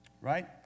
right